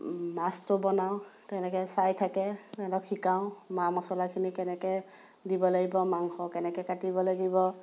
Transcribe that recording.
মাছটো বনাওঁ তেনেকৈ চাই থাকে সিহঁতক শিকাওঁ মা মছলাখিনি কেনেকৈ দিব লাগিব মাংস কেনেকৈ কাটিব লাগিব